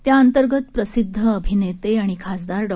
त्याअंतर्गत प्रसिद्ध अभिनेते आणि खासदार डॉ